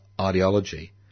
ideology